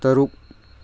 ꯇꯔꯨꯛ